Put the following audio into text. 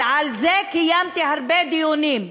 ועל זה קיימתי הרבה דיונים.